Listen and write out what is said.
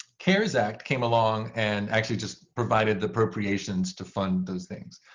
cares act came along and actually just provided the appropriations to fund those things.